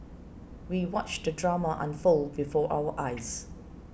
we watched the drama unfold before our eyes